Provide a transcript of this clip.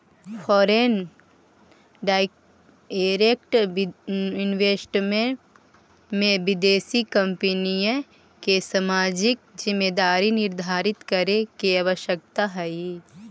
foreign direct investment में विदेशी कंपनिय के सामाजिक जिम्मेदारी निर्धारित करे के आवश्यकता हई